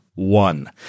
one